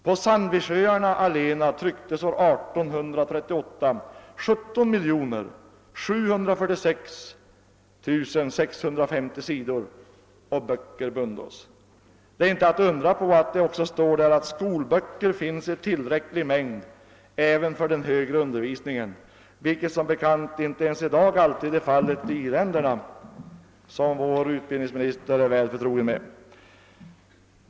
På Sandwichöarna allena trycktes år 1838 17 746 650 sidor, och böcker bundos.» Det är inte att undra på att man också kunde skriva att skolböcker fanns i tillräcklig mängd, även för den högre undervisningen. Det är som bekant inte ens i dag alltid fallet i i-länderna, vilket vår utbildningsminister är väl förtrogen med.